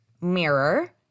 mirror